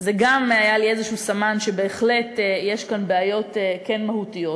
זה גם היה לי איזשהו סמן שבהחלט יש כאן בעיות כן מהותיות.